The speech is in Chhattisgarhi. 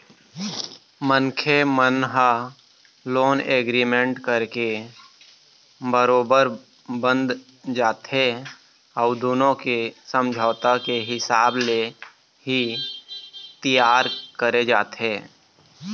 मनखे मन ह लोन एग्रीमेंट करके बरोबर बंध जाथे अउ दुनो के समझौता के हिसाब ले ही तियार करे जाथे